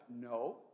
no